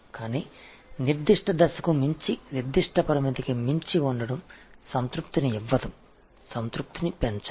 ஆனால் குறிப்பிட்ட படியைத் தாண்டி குறிப்பிட்ட வரம்புக்கு அப்பால் இருப்பது திருப்தியை அதிகரிக்காது நிறைவுற்றது